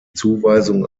zuweisung